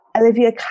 Olivia